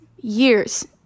years